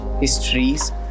histories